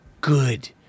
Good